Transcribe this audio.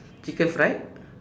chicken fried